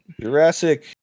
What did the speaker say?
jurassic